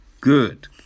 good